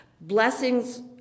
blessings